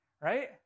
right